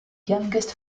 youngest